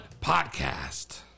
podcast